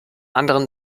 anderem